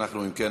אם כן,